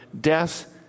death